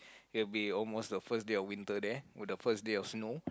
will be almost the first day of winter there with the first day of snow